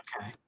Okay